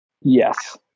Yes